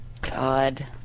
God